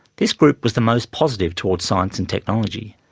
this group was the most positive towards science and technology.